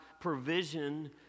provision